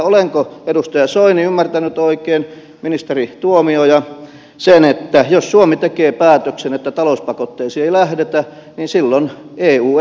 olenko edustaja soini ministeri tuomioja ymmärtänyt oikein sen että jos suomi tekee päätöksen että talouspakotteisiin ei lähdetä niin silloin eu ei lähde